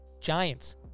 Giants